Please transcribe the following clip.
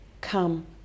come